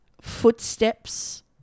footsteps